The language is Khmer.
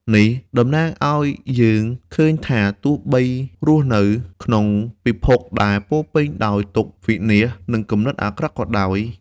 នេះតំណាងឲ្យយើងឃើញថា ទោះបីរស់នៅក្នុងពិភពដែលពោរពេញដោយទុក្ខ វិនាស និងគំនិតអាក្រក់ក៏ដោយ។